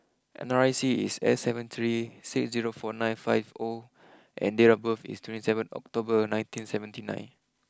N R I C is S seven three six zero four nine five O and date of birth is twenty seven October nineteen seventy nine